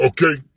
Okay